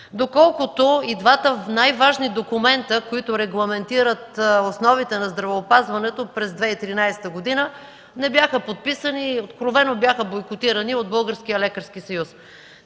доколкото и двата най-важни документи, които регламентират основите на здравеопазването през 2013 г., не бяха подписани и откровено бяха бойкотирани от Българския лекарски съюз.